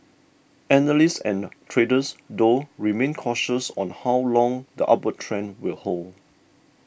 analysts and traders though remain cautious on how long the upward trend will hold